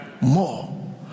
More